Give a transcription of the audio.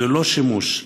ללא שימוש,